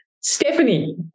Stephanie